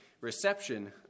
reception